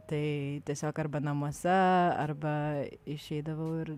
tai tiesiog arba namuose arba išeidavau ir